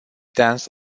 dance